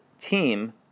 team